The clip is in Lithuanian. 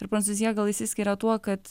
ir prancūzija gal išsiskiria tuo kad